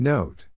Note